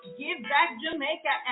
givebackjamaica